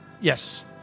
Yes